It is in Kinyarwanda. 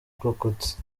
abarokotse